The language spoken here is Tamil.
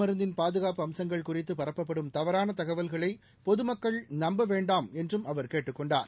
மருந்தின் பாதுகாப்பு அமசங்கள் குறித்துபரப்பப்படும் தடுப்பு தவறானதகவல்களைபொதுமக்கள் நம்பவேண்டாம் என்றும் அவர் கேட்டுக் கொண்டார்